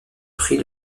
pris